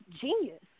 genius